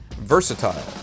Versatile